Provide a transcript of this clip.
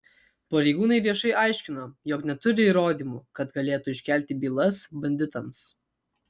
pareigūnai viešai aiškino jog neturi įrodymų kad galėtų iškelti bylas banditams